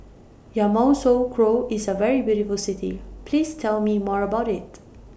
Yamoussoukro IS A very beautiful City Please Tell Me More about IT